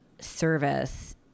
service